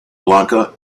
blanca